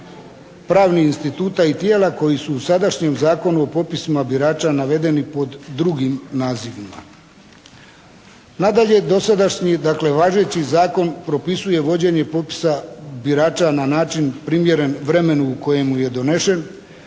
pravnih instituta i tijela koji su u sadašnjem Zakonu o popisima birača navedeni pod drugim nazivima. Nadalje dosadašnji dakle važeći zakon propisuje vođenje popisa birača na način primjeren vremenu u kojemu je donesen